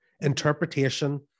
interpretation